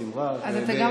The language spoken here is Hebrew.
עושים רעש.